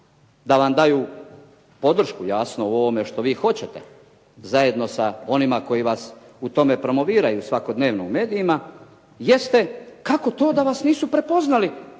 da vam daju podršku u ovome jasno u ovome što vi hoćete, zajedno sa onima koji vas u tome promoviraju svakodnevno u medijima, jeste kako to da vas nisu prepoznali